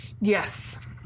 Yes